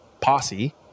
posse